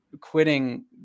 quitting